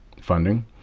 funding